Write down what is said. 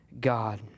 God